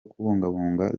kubungabunga